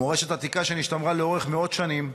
מורשת עתיקה שנשתמרה לאורך מאות שנים,